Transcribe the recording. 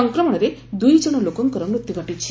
ସଂକ୍ରମଣରେ ଦୁଇଜଣ ଲୋକଙ୍କର ମୃତ୍ୟୁ ଘଟିଛି